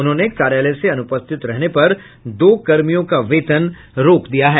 उन्होंने कार्यालय से अनुपस्थित रहने पर दो कर्मियों का वेतन रोक दिया है